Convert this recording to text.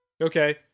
Okay